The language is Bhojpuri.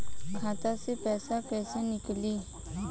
खाता से पैसा कैसे नीकली?